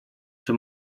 czy